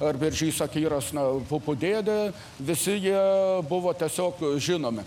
ar beržys akyras na pupų dėdė visi jie buvo tiesiog žinomi